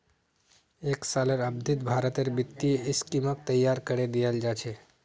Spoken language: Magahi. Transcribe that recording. एक सालेर अवधित भारतेर वित्तीय स्कीमक तैयार करे दियाल जा छे